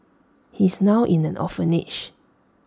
he's now in an orphanage